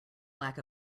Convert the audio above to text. lack